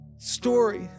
Story